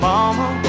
Mama